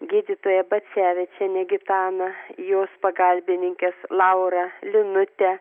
gydytoja bacevičienė gitaną jos pagalbininkės laurą linutę